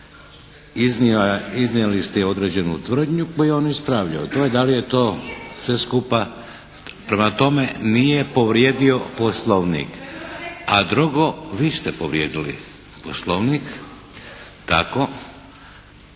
iznijeli ste i određenu tvrdnju koju je on ispravljao. To da li je to sve skupa. Prema tome nije povrijedio poslovnik. A drugo, vi ste povrijedili poslovnik tako